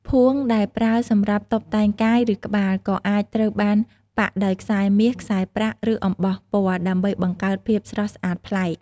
ភួងដែលប្រើសម្រាប់តុបតែងកាយ ឬក្បាល ក៏អាចត្រូវបានប៉ាក់ដោយខ្សែមាស ខ្សែប្រាក់ ឬអំបោះពណ៌ ដើម្បីបង្កើតភាពស្រស់ស្អាតប្លែក។